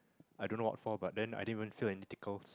I don't know what for but then I didn't even feel any tickle